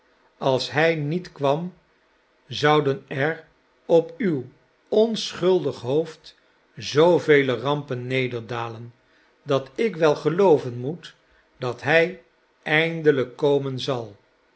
als hij niet kwam zouden er op uw onschuldig hoofd zoovele rampen nederdalen dat ik wel gelooven moet dat hij eindelijk komen zal